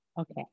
Okay